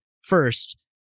first